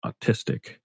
autistic